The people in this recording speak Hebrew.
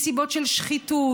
מסיבות של שחיתות,